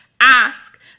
ask